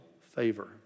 favor